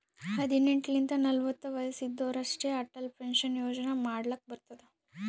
ಹದಿನೆಂಟ್ ಲಿಂತ ನಲ್ವತ ವಯಸ್ಸ್ ಇದ್ದೋರ್ ಅಷ್ಟೇ ಅಟಲ್ ಪೆನ್ಷನ್ ಯೋಜನಾ ಮಾಡ್ಲಕ್ ಬರ್ತುದ್